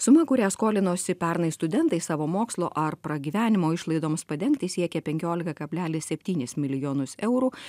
sumą kurią skolinosi pernai studentai savo mokslo ar pragyvenimo išlaidoms padengti siekė penkiolika kablelis septynis milijonus eurų